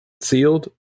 sealed